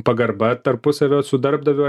pagarba tarpusavio su darbdaviu